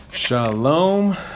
Shalom